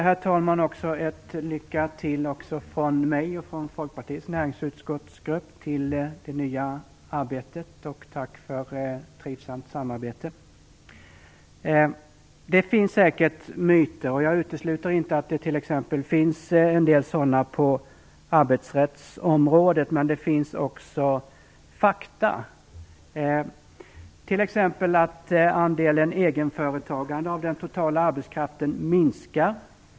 Herr talman! Först ett lycka till också från mig och från Folkpartiets grupp i näringsutskottet när det gäller det nya arbetet och tack för ett trivsamt samarbete, Det finns säkert myter. Jag utesluter inte att det t.ex. finns en del sådana på arbetsrättens område. Det finns emellertid också fakta, exempelvis att andelen egenföretagare av den totala arbetskraften hela tiden minskar.